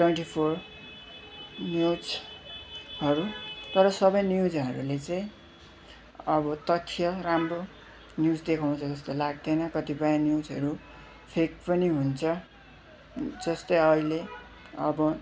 twenty four न्युजहरू तर सबै न्युजहरूले चाहिँ अब तथ्य राम्रो न्युज देखाउँछ जस्तो लाग्दैन कतिपय न्युजहरू फेक पनि हुन्छ जस्तै अहिले अब